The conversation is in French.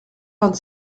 vingt